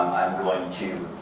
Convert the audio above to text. i'm going to